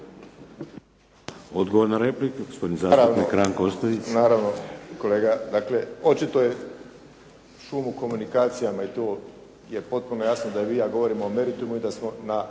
Odgovor na repliku, gospodin zastupnik Rajko Ostojić. **Ostojić, Rajko (SDP)** Hvala vam. Kolega dakle očito je šum u komunikacijama i to je potpuno jasno da vi i ja govorimo o meritumu i da smo na